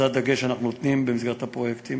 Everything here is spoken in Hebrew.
זה הדגש שאנחנו שמים במסגרת הפרויקטים